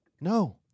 No